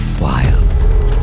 wild